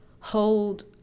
hold